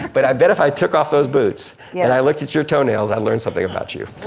but i bet if i took off those boots, yeah. and i looked at your toenails i'd learn something about you.